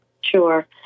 Sure